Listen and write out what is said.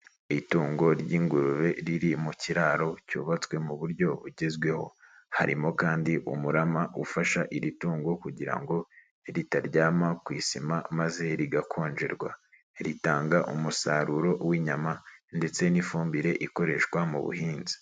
Itungo ry'ingurube riri mu kiraro cyubatswe mu buryo bugezweho, harimo kandi umurama ufasha iri tungo kugira ngo ritaryama ku isima maze rigakonjerwa, ritanga umusaruro w'inyama ndetse n'ifumbire ikoreshwa mu buhinzi.